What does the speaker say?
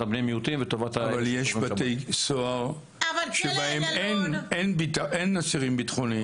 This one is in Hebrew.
אבל יש בתי סוהר שבהם אין אסירים ביטחוניים.